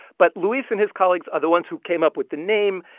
but luis and his colleagues are the ones who came up with the name,